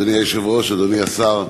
אדוני היושב-ראש, אדוני השר,